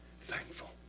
thankful